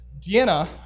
Deanna